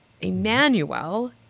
Emmanuel